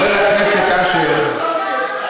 כדי לזרוע,